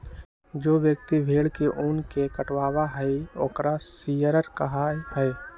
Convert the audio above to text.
जो व्यक्ति भेड़ के ऊन के हटावा हई ओकरा शियरर कहा हई